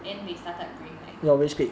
and we started going like